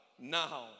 now